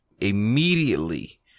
immediately